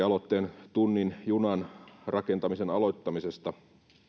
aloitteen tunnin junan rakentamisen aloittamisesta